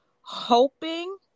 hoping